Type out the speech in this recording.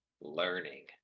learning